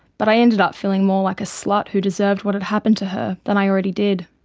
but i ended up feeling more like a slut who deserved what had happened to her than i already did.